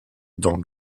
dans